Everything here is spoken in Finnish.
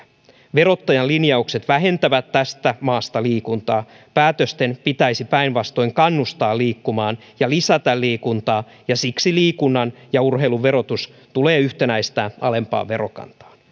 verottajan linjaukset vähentävät tästä maasta liikuntaa päätösten pitäisi päinvastoin kannustaa liikkumaan ja lisätä liikuntaa ja siksi liikunnan ja urheilun verotus tulee yhtenäistää alempaan verokantaan